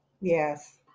Yes